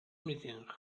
meeting